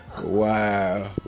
wow